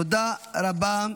תודה רבה.